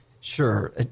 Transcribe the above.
Sure